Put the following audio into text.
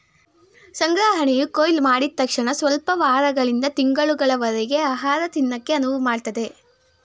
ಸಂಗ್ರಹಣೆಯು ಕೊಯ್ಲುಮಾಡಿದ್ ತಕ್ಷಣಸ್ವಲ್ಪ ವಾರಗಳಿಂದ ತಿಂಗಳುಗಳವರರ್ಗೆ ಆಹಾರನ ತಿನ್ನಕೆ ಅನುವುಮಾಡ್ತದೆ